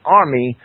army